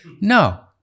No